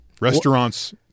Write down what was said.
Restaurants